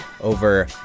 over